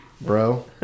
bro